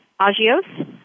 Agios